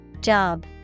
Job